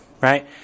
right